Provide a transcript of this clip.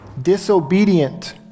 disobedient